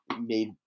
made